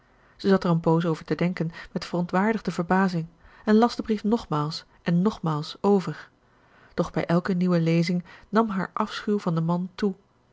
zat er een poos over te denken met verontwaardigde verbazing en las den brief nogmaals en nogmaals over doch bij elke nieuwe lezing nam haar afschuw van den man toe